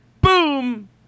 Boom